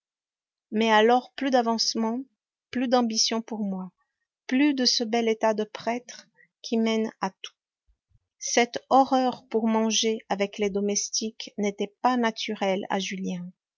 mais alors plus d'avancement plus d'ambition pour moi plus de ce bel état de prêtre qui mène à tout cette horreur pour manger avec les domestiques n'était pas naturelle à julien